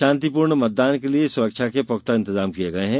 शांतिपूर्ण मतदान के लिए सुरक्षा के पूख्ता इंतजाम किये गये हैं